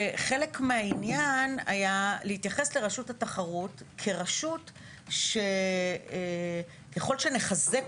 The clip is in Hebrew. וחלק מהעניין היה להתייחס לרשות התחרות כרשות שככל שנחזק